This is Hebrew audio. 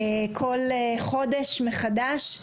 כל חודש מחדש,